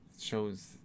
shows